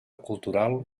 cultural